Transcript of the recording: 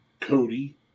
Cody